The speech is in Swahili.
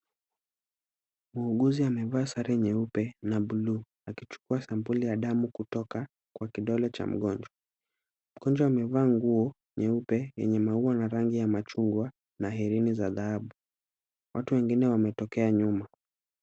Muuguzi amevaa sare nyeupe na bluu akichukua sampuli ya damu kutoka kwa kidole cha mgonjwa, mgonjwa amevaa nguo nyeupe yenye maua na rangi ya machungwa na herini za dhahabu, watu wengine wametokea nyuma.